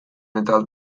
eta